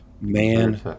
Man